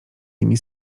nimi